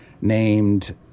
named